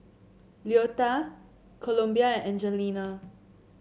Louetta Columbia and Angelina